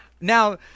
Now